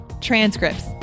transcripts